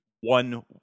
one